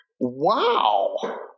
Wow